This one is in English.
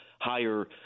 higher –